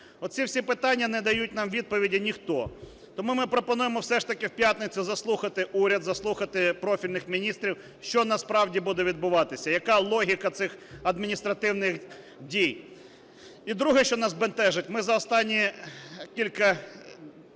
оці всі питання не дають нам відповіді ніхто. Тому ми пропонуємо все ж таки в п'ятницю заслухати уряд, заслухати профільних міністрів, що насправді буде відбуватися, яка логіка цих адміністративних дій. І друге, що нас бентежить. Ми за останні кілька